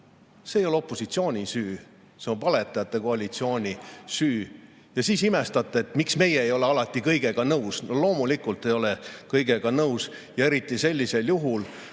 See ei ole opositsiooni süü, see on valetajate koalitsiooni süü. Siis imestate, miks meie ei ole alati kõigega nõus. Loomulikult ei ole kõigega nõus, eriti sellisel juhul,